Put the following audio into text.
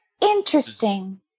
Interesting